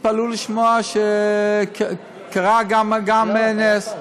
לשמוע שקרה גם נס.